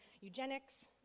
eugenics